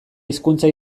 hizkuntza